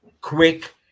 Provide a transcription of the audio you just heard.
quick